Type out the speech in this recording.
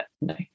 no